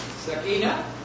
Sakina